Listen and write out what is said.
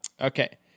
Okay